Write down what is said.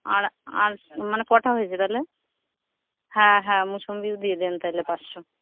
আর আর মানে কটা হয়েছে তাহলে হ্যাঁ হ্যাঁ মোসম্বিও দিয়ে দেন তাহলে পাঁচশো